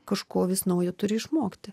kažko vis naujo turi išmokti